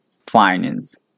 finance